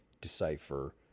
decipher